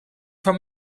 van